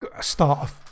start